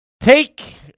take